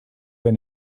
they